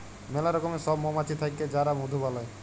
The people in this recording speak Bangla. ম্যালা রকমের সব মমাছি থাক্যে যারা মধু বালাই